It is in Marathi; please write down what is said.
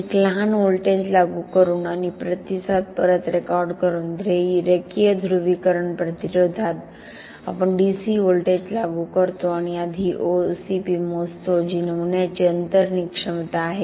एक लहान व्होल्टेज लागू करून आणि प्रतिसाद परत रेकॉर्ड करून रेखीय ध्रुवीकरण प्रतिरोधात आपण डीसी व्होल्टेज लागू करतो आपण आधी OCP मोजतो जी नमुन्याची अंतर्निहित क्षमता आहे